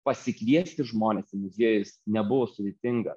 pasikviesti žmones į muziejus nebuvo sudėtinga